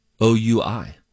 O-U-I